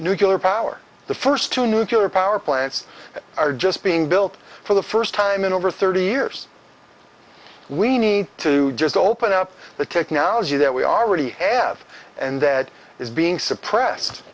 nuclear power the first two nuclear power plants that are just being built for the first time in over thirty years we need to just open up the technology that we are already have and that is being suppressed